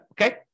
Okay